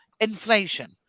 Inflation